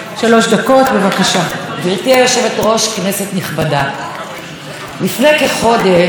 לפני כחודש הלכתי לטייל ברחוב הדר שבחיפה.